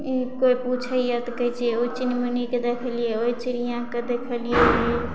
कोइ पूछैये तऽ कहय छियै ओइ चिन्नीमुनीके देखलियै ओइ चिड़ियाके देखलियै